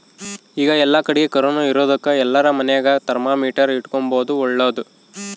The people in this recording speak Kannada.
ಈಗ ಏಲ್ಲಕಡಿಗೆ ಕೊರೊನ ಇರೊದಕ ಎಲ್ಲಾರ ಮನೆಗ ಥರ್ಮಾಮೀಟರ್ ಇಟ್ಟುಕೊಂಬದು ಓಳ್ಳದು